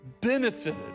Benefited